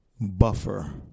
buffer